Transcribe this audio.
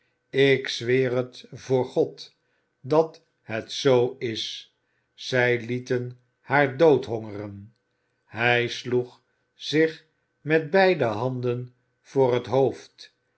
ik zweer het voor god dat het zoo is zij lieten haar doodhongeren hij sloeg zich met beide handen voor het hoofd